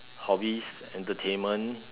hobbies entertainment